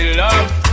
love